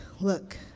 Look